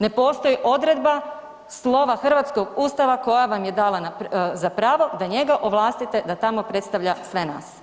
Ne postoji odredba, slova hrvatskog Ustava koja vam je dala za pravo da njega ovlastite da tamo predstavlja sve nas.